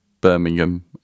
Birmingham